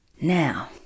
Now